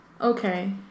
Okay